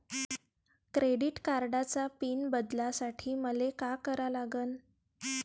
Credit कार्डाचा pin बदलासाठी मले का करा लागन?